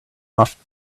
off